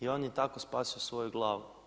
I on je tako spasio svoju glavu.